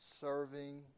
serving